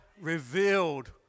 revealed